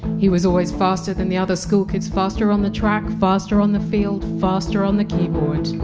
he was always faster than the other schoolkids, faster on the track, faster on the field, faster on the keyboard.